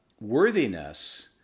worthiness